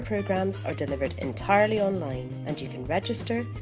programmes are delivered entirely online and you can register,